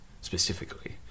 specifically